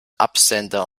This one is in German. absender